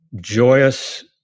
joyous